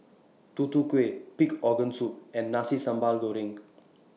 Tutu Kueh Pig Organ Soup and Nasi Sambal Goreng